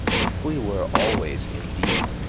if we were always, indeed,